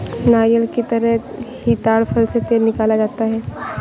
नारियल की तरह ही ताङ फल से तेल निकाला जाता है